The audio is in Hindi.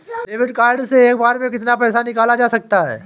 डेबिट कार्ड से एक बार में कितना पैसा निकाला जा सकता है?